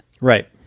right